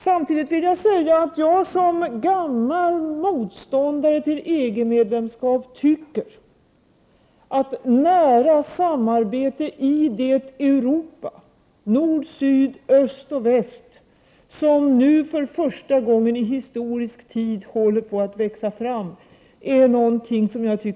Samtidigt vill jag säga att jag som gammal motståndare till medlemskap i EG anser att nära samarbete i det Europa — nord, syd, öst och väst — som nu för första gången i historisk tid håller på att växa fram är utomordentligt viktigt och glädjande.